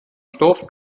stoff